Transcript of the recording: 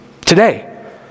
Today